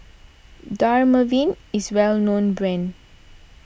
Dermaveen is well known brand